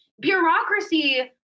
bureaucracy